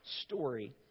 story